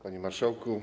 Panie Marszałku!